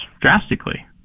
drastically